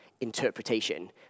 interpretation